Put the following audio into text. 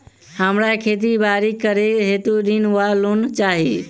हमरा खेती बाड़ी करै हेतु ऋण वा लोन चाहि?